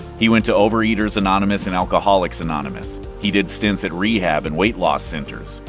he went to overeaters anonymous and alcoholics anonymous. he did stints at rehab and weight loss centers.